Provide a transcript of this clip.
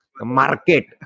Market